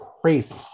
crazy